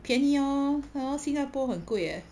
便宜 hor hor singapore 很贵 leh